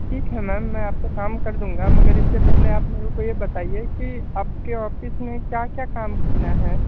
ठीक है मैम में आपका काम कर दूँगा मगर इससे पहले आप मेरे को ये बताइए कि आपके ऑफिस में क्या क्या काम करना हैं